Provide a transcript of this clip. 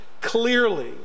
clearly